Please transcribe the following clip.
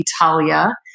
Italia